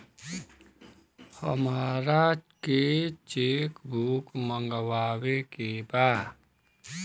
हमारा के cheque book मगावे के बा?